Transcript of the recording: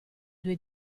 due